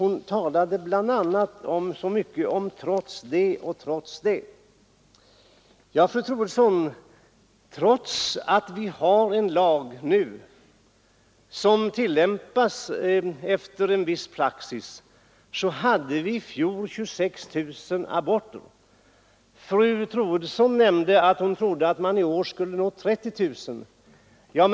Fru Troedsson sade upprepade gånger ”trots det och trots det”. Ja, fru Troedsson, trots att vi nu har en lag som tillämpas enligt viss praxis utfördes i fjol 26 000 aborter. Fru Troedsson trodde att det i år skulle bli 30 000 aborter.